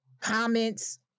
comments